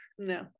No